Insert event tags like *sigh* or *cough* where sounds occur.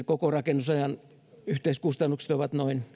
*unintelligible* koko rakennusajan yhteiskustannukset ovat noin